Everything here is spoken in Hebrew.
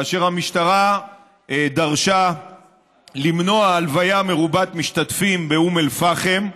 כאשר המשטרה דרשה למנוע הלוויה מרובת משתתפים באום אל-פחם,